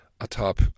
atop